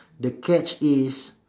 the catch is